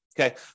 Okay